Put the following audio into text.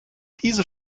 diese